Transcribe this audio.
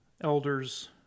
elders